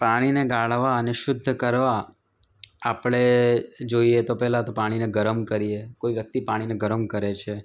પાણીને ગાળવા અને શુદ્ધ કરવા આપણે જોઈએ તો પહેલાં તો પાણીને ગરમ કરીએ કોઈ વ્યક્તિ પાણીને ગરમ કરે છે